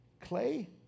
clay